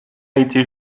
été